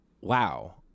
wow